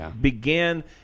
began